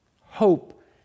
Hope